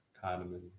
cardamom